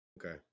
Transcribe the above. Okay